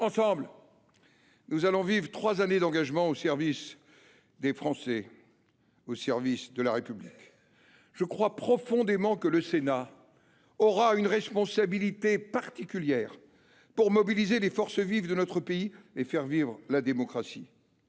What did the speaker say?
Ensemble, nous allons vivre trois années d’engagement au service des Français et de la République. Je crois profondément que le Sénat aura une responsabilité particulière pour mobiliser les forces vives de notre pays et pour faire vivre la démocratie.